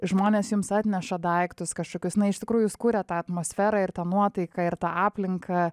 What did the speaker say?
žmonės jums atneša daiktus kažkokius na iš tikrųjų jūs kuriat tą atmosferą ir tą nuotaiką ir tą aplinką